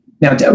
Now